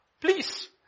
please